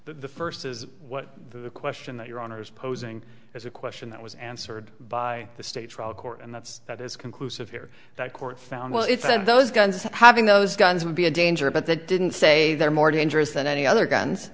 the first is what the question that your honor is posing as a question that was answered by the state trial court and that's that is conclusive here that court found well if i had those guns having those guns would be a danger but they didn't say they're more dangerous than any other guns